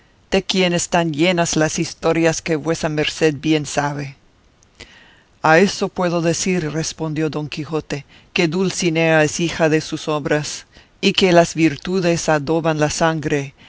de quien están llenas las historias que vuesa merced bien sabe a eso puedo decir respondió don quijote que dulcinea es hija de sus obras y que las virtudes adoban la sangre